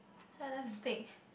so I just take